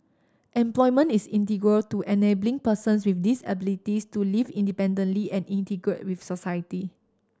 employment is integral to enabling persons with disabilities to live independently and integrate with society